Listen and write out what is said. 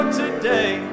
today